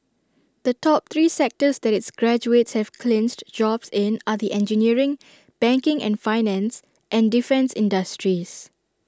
the top three sectors that its graduates have clinched jobs in are the engineering banking and finance and defence industries